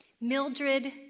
Mildred